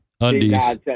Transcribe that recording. undies